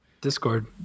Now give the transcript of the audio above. Discord